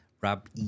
Rob